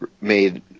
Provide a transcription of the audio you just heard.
made